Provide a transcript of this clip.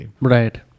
Right